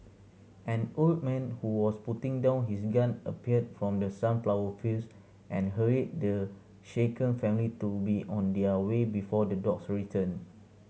an old man who was putting down his gun appeared from the sunflower fields and hurried the shaken family to be on their way before the dogs return